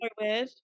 weird